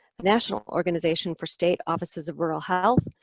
the national organization for state offices of rural health,